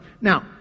Now